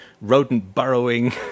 rodent-burrowing